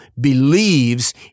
believes